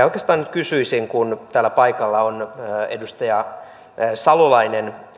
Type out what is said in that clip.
oikeastaan nyt kysyisin kun täällä paikalla on edustaja salolainen